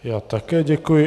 Já také děkuji.